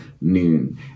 noon